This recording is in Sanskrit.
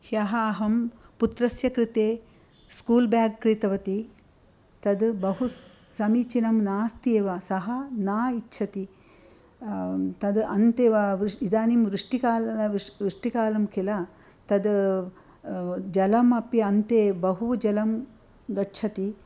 ह्यः अहं पुत्रस्य कृते स्कूल् बेग् क्रीतवती तद् बहु स् समीचीनं नास्त्येव सः न इच्छति तद् अन्तेव वृ इदानीं वृष्टिकाल वृष्टिकालं किल तद् जलमपि अन्ते बहु जलं गच्छति